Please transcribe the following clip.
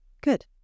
Good